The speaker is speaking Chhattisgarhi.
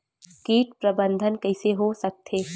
कीट प्रबंधन कइसे हो सकथे?